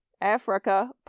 Africa